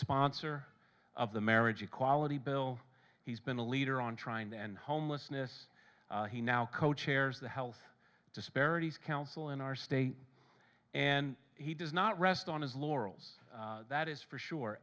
sponsor of the marriage equality bill he's been a leader on trying to end homelessness he now co chairs the health disparities council in our state and he does not rest on his laurels that is for sure